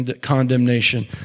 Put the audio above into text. condemnation